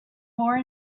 more